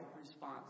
response